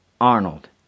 Arnold